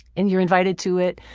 and you're invited to it,